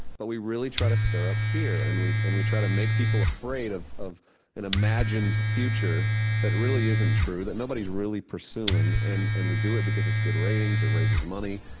but we really try to stir up fear and we and we try to make people afraid of of an imagined future that really isn't true that nobody's really pursuing and and we do it because it's good ratings, it raises money,